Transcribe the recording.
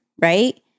right